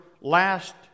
last